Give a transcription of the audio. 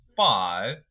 five